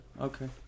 Okay